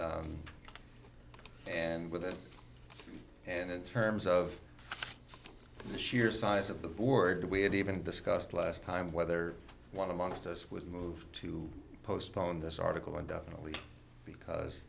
question and with it and in terms of the sheer size of the board we had even discussed last time whether one amongst us would move to postpone this article indefinitely because